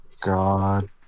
God